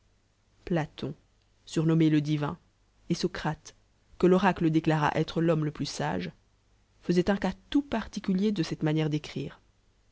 platon smnommé le divin et socrate que l'oracle déclara étre l'homme le plus sage faisoiout on cas tout particulier de cette manière d'écrire